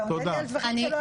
אתה עונה על דברים שלא אמרתי.